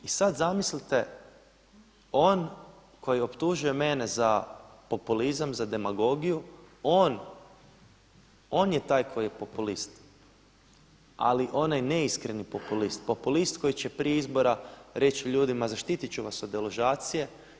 I sada zamislite on koji optužuje mene za populizam, za demagogiju, on je taj koji je populist, ali onaj neiskreni populist, populist koji će prije izbora reći ljudima zaštitit ću vas od deložacije.